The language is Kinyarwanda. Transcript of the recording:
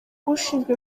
ushinzwe